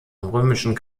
römischen